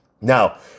Now